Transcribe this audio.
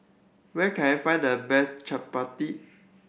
where can I find the best chappati